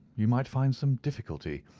you might find some difficulty,